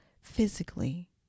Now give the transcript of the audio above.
physically